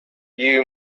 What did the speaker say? you